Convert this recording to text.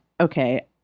okay